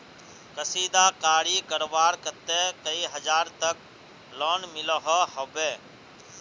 कशीदाकारी करवार केते कई हजार तक लोन मिलोहो होबे?